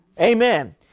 Amen